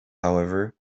however